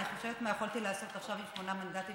אני חושבת מה יכולתי לעשות עכשיו עם שמונה מנדטים